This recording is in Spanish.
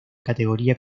categoría